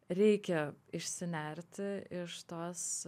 reikia išsinerti iš tos